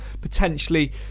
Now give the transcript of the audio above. potentially